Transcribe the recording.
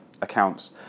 accounts